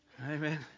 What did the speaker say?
Amen